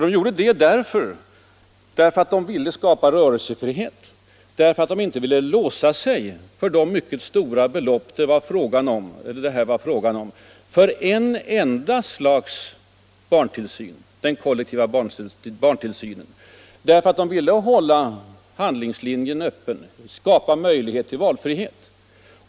De gjorde det därför att de ville skapa rörelsefrihet; därför att de inte ville låsa sig för de mycket stora belopp det var fråga om för ett enda slags barntillsyn — den kollektiva barntillsynen; därför att de ville hålla handlingslinjen öppen, skapa möjlighet till valfrihet.